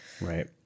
Right